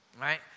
Right